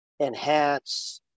enhance